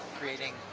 creating